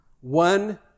One